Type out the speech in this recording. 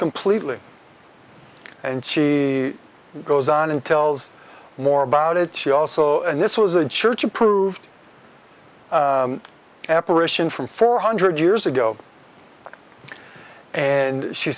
completely and she goes on and tells more about it she also and this was a church approved apparition from four hundred years ago and she